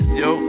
yo